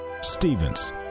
Stevens